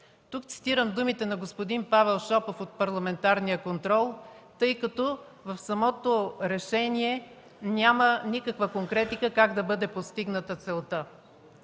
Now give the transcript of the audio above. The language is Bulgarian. Тук цитирам думите на господин Павел Шопов от парламентарния контрол, тъй като в самото решение няма никаква конкретика как да бъде постигната целта.